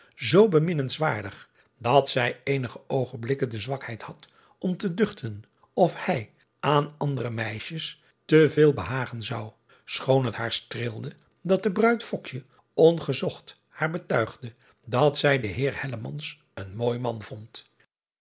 zoo bemin nenswaardig dat zij eenige oogenblikken de zwakheid had om te duchten of hij aan andere meisjes te veel behagen zou schoon het haar streelde dat de ruid ongezocht haar betuigde dat zij den eer een mooi man vond